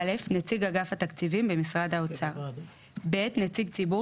(א) נציג אגף התקציבים במשרד האוצר; (ב) נציג ציבור